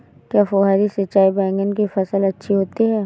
क्या फुहारी सिंचाई बैगन के लिए अच्छी होती है?